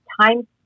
time